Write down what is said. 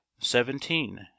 Seventeen